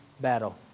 battle